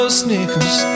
sneakers